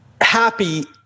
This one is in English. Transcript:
happy